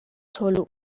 طلوع